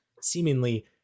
seemingly